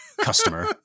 customer